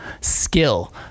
skill